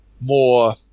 more